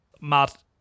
Matt